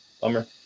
Bummer